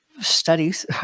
studies